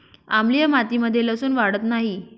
आम्लीय मातीमध्ये लसुन वाढत नाही